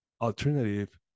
Alternative